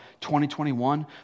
2021